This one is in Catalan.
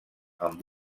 amb